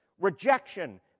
rejection